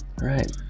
right